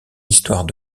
histoire